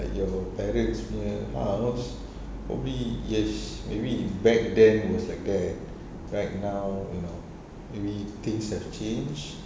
like your parents punya house probably yes maybe back then it was like that right now you know maybe things have changed